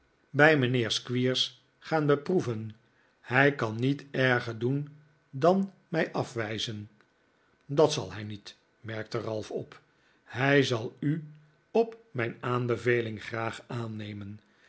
bij mijnheer squeers gaan beproeven hij kan niet erger doen dan mij afwijzen dat zal hij niet merkte ralph op hij zal u op mijn aanbeveling graag aannemen